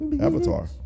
Avatar